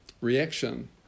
reaction